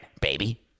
baby